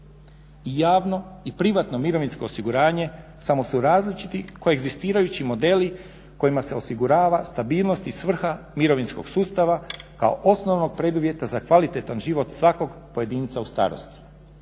I javno i privatno mirovinskog osiguranje samo su različiti koegzistirajući modeli kojima se osigurava stabilnost i svrha mirovinskog sustava kao osnovnog preduvjeta za kvalitetan život svakog pojedinca u starosti.